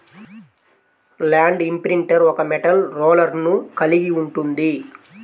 land imprinter ఒక metal రోలర్ను కలిగి ఉంటుంది